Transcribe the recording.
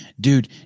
dude